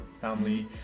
family